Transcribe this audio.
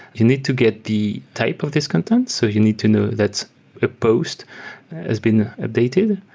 you need to get the type of this content. so you need to know that post has been updated.